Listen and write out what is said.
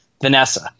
Vanessa